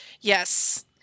yes